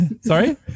sorry